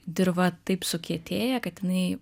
dirva taip sukietėja kad jinai